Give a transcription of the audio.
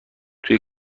توی